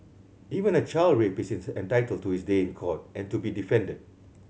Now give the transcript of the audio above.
even a child rapist is entitled to his day in court and to be defended